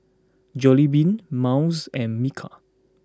Jollibean Miles and Bika